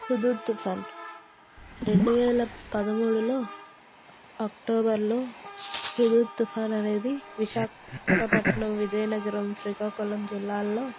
హుదూత్ తుఫాన్ రెండువేల పదమూడులో అక్టోబర్లో హుదూత్ తుఫాన్ అనేది విశాఖపట్నం విజయనగరం శ్రీకాకుళం జిల్లాల్లో